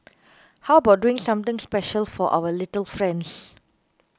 how about doing something special for our little friends